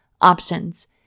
options